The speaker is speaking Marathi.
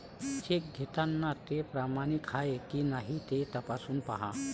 चेक घेताना ते प्रमाणित आहे की नाही ते तपासून पाहा